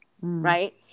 right